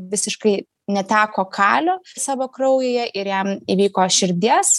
visiškai neteko kalio savo kraujyje ir jam įvyko širdies